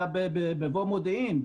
היה במבוא מודיעים,